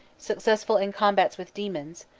successful in combats with demons,